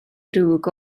ddrwg